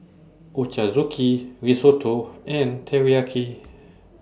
Ochazuke Risotto and Teriyaki